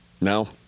No